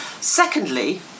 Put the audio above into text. Secondly